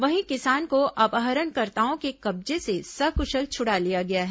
वहीं किसान को अपहरणकर्ताओं के कब्जे से सकुशल छुड़ा लिया गया है